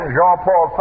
Jean-Paul